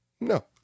No